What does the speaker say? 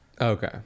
Okay